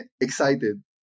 excited